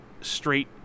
straight